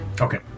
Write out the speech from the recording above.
Okay